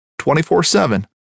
24-7